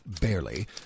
barely